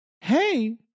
hey